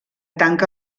tanca